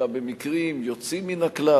אלא במקרים יוצאים מן הכלל,